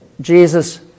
Jesus